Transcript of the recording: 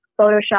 photoshop